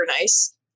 nice